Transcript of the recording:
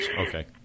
okay